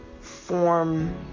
form